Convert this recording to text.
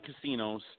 casinos